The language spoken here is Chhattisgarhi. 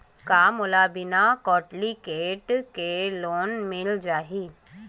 का मोला बिना कौंटलीकेट के लोन मिल जाही?